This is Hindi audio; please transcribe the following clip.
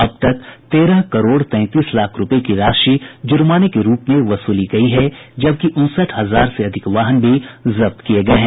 अब तक तेरह करोड़ तैंतीस लाख रूपये की राशि जुर्माना के रूप में वसूली गयी है जबकि उनसठ हजार से अधिक वाहन भी जब्त किये गये हैं